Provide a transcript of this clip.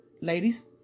ladies